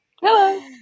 hello